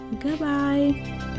Goodbye